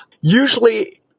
Usually